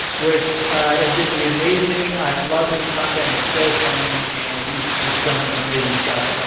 which is gonna be amazing. i love his content, it's so funny, and he's just done some amazing stuff. so